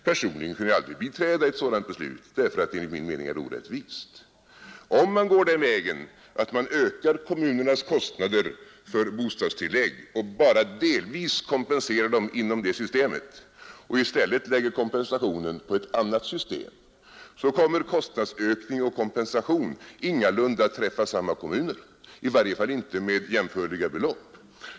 Personligen kunde jag aldrig biträda ett sådant beslut, därför att det enligt min mening är orättvist. Om man går den vägen att man ökar kommunernas kostnader för bostadstillägg och bara delvis kompenserar dem inom det systemet och i stället lägger kompensa tionen på ett annat system, kommer kostnadsökningen och kompensationen ingalunda att träffa samma kommuner, i varje fall inte med jämförliga belopp.